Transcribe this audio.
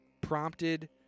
prompted